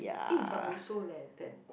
eh but also leh that